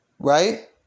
Right